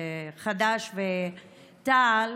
חד"ש-תע"ל,